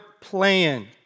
plan